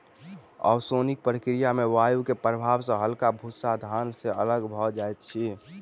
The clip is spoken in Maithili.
ओसौनिक प्रक्रिया में वायु के प्रभाव सॅ हल्का भूस्सा धान से अलग भअ जाइत अछि